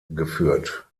geführt